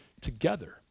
together